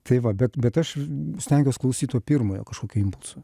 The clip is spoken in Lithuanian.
tai va bet bet aš ir stengiuos klausyt to pirmojo kažkokio impulso